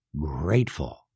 grateful